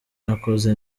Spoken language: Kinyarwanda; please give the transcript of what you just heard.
nakoze